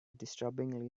disturbingly